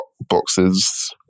boxes